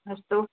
अस्तु